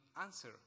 answer